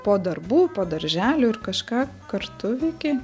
po darbų po darželių ir kažką kartu veiki